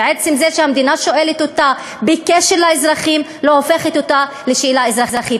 ועצם זה שהמדינה שואלת אותה בקשר לאזרחים לא הופך אותה לשאלה אזרחית.